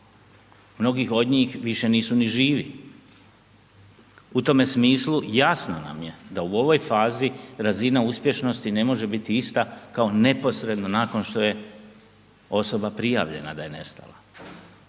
mnogi od njih više nisu ni živi. U tome smislu jasno nam je da u ovoj fazi razina uspješnosti ne može biti ista kao neposredno nakon što je osoba prijavljena da je nestala.